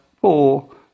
four